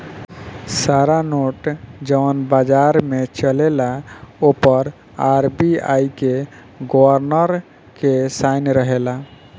सारा नोट जवन बाजार में चलेला ओ पर आर.बी.आई के गवर्नर के साइन रहेला